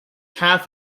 half